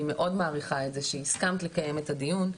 מאוד מעריכה את זה שהסכמת לקיים את הדיון.